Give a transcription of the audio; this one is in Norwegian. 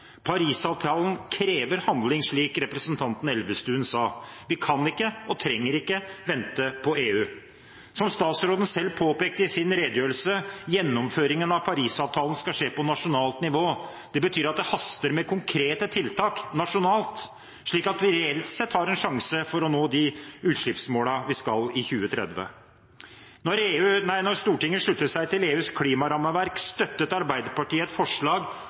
krever handling, slik representanten Elvestuen sa. Vi kan ikke – og trenger ikke – vente på EU. Som statsråden selv påpekte i sin redegjørelse – «gjennomføringen av Paris-avtalen skal skje på nasjonalt nivå». Det betyr at det haster med konkrete tiltak nasjonalt, slik at vi reelt sett har en sjanse for å nå de utslippsmålene vi skal i 2030. Da Stortinget sluttet seg til EUs klimarammeverk, støttet Arbeiderpartiet et forslag